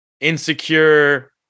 insecure